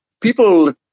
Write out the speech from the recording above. People